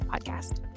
podcast